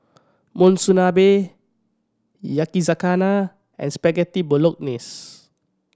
Monsunabe Yakizakana and Spaghetti Bolognese